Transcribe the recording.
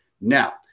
Now